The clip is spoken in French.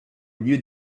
lieu